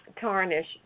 tarnish